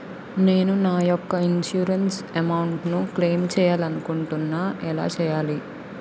నేను నా యెక్క ఇన్సురెన్స్ అమౌంట్ ను క్లైమ్ చేయాలనుకుంటున్నా ఎలా చేయాలి?